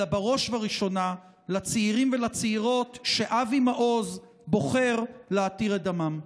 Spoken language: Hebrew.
אלא בראש ובראשונה על הצעירים ולצעירות שאבי מעוז בוחר להתיר את דמם.